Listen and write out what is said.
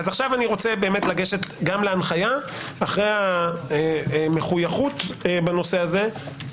עכשיו אני רוצה באמת לגשת להנחיה ואחרי המחויכות בנושא הזה,